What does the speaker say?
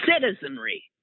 citizenry